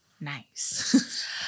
Nice